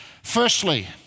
Firstly